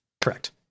Correct